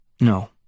No